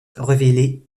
révélé